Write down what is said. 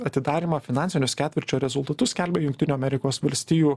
atidarymo finansinius ketvirčio rezultatus skelbia jungtinių amerikos valstijų